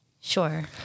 Sure